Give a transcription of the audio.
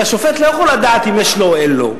והשופט לא יכול לדעת אם יש לו או אין לו.